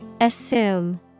Assume